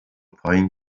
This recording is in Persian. پایین